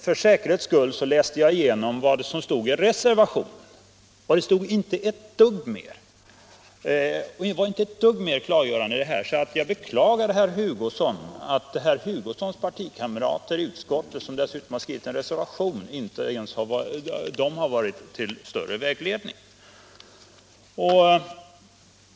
För säkerhets skull läste jag återigen igenom vad som står i reservationen — och där står inte ett dugg mer. Reservationen är alltså inte på något sätt mera klargörande. Jag beklagar herr Hugosson — inte ens hans partikamrater i utskottet, som dessutom har skrivit en reservation, har varit till bättre vägledning.